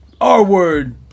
R-word